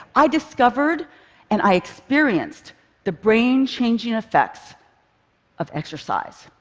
i discovered and i experienced the brain-changing effects of exercise.